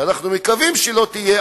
שאנחנו מקווים שלא תהיה,